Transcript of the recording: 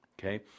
okay